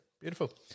Beautiful